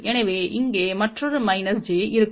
எனவே இங்கே மற்றொரு மைனஸ் j இருக்கும்